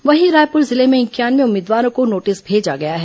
वहीं रायपुर जिले में इंक्यानवे उम्मीदवारों को नोटिस भेजा गया है